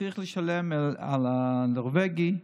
צריך לשלם על הנורבגי.